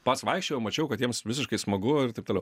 pats vaikščiojau mačiau kad jiems visiškai smagu ir taip toliau